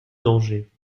danger